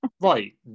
Right